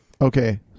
Okay